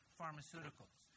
pharmaceuticals